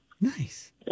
Nice